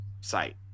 site